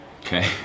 okay